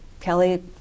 Kelly